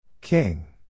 King